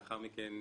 לאחר מכן,